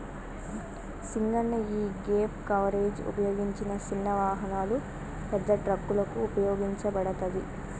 సింగన్న యీగేప్ కవరేజ్ ఉపయోగించిన సిన్న వాహనాలు, పెద్ద ట్రక్కులకు ఉపయోగించబడతది